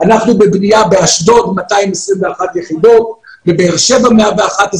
אנחנו בבנייה באשדוד 221 יחידות, בבאר שבע 111,